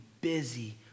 busy